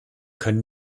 können